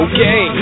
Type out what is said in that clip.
Okay